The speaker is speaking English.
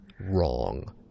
Wrong